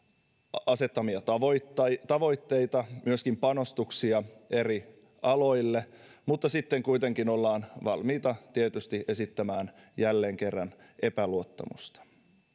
asettamia tavoitteita tavoitteita myöskin panostuksia eri aloille mutta sitten kuitenkin ollaan valmiita tietysti esittämään jälleen kerran epäluottamusta